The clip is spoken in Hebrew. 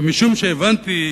ומשום שהבנתי,